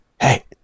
hey